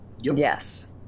Yes